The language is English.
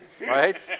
Right